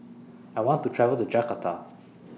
I want to travel to Jakarta